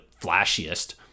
flashiest